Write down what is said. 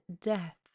death